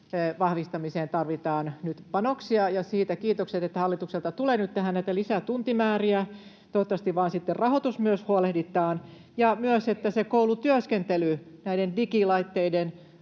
vahvistamiseen tarvitaan nyt panoksia, ja siitä kiitokset, että hallitukselta tulee nyt tähän näitä lisätuntimääriä. Toivottavasti sitten vaan huolehditaan myös rahoituksesta ja myös siitä, että se koulutyöskentely näiden digilaitteiden